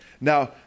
Now